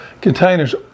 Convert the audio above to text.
containers